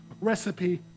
recipe